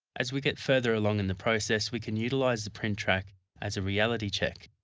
as we get further along in the process we can utilise the print track as a reality check.